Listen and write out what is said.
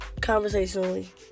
conversationally